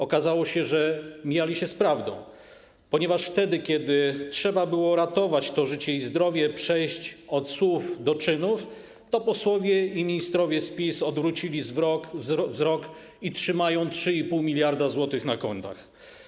Okazało się, że mijali się z prawdą, ponieważ kiedy trzeba było ratować to życie i zdrowie, przejść od słów do czynów, to posłowie i ministrowie z PiS odwrócili wzrok i trzymają 3,5 mld zł na kontach.